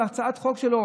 על הצעת חוק שלו,